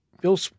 bill